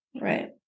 Right